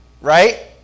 right